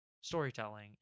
storytelling